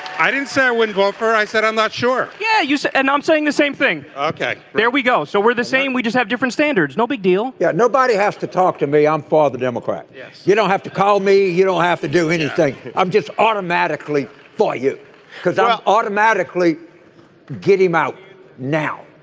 i didn't say i wouldn't vote for i said i'm not sure. yeah. you said and i'm saying the same thing. ok there we go. so we're the same we just have different standards no big deal yeah nobody has to talk to me i'm for ah the democrat. yes. you don't have to call me. you don't have to do anything. i'm just automatically for you because i automatically get him out now.